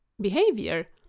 behavior